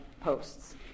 posts